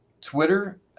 Twitter